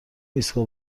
ایستگاه